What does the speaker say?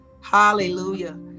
Hallelujah